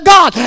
God